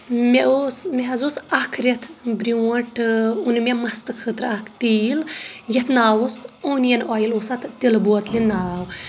مےٚ اوس مےٚ حظ اوس اکھ رٮ۪تھ برونٛٹھ اۭ اوٚن مےٚ مستہٕ خٲطرٕ اکھ تیٖل یتھ ناو اوس اونیَن اوٚیل اوس اتھ تیٚلہٕ بوٚتٕلہِ ناو